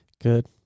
Good